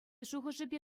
шухӑшӗпе